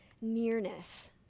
nearness